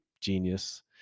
genius